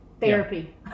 therapy